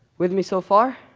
with me so far?